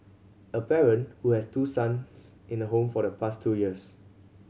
a parent who has two sons in the home for the past two years